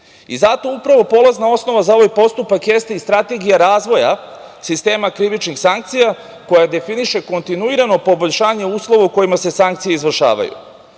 upravo polazna osnova za ovaj postupak jeste i strategija razvoja sistema krivičnih sankcija, koja definiše kontinuirano poboljšanje uslova u kojima se sankcije izvršavaju.